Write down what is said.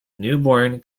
newborn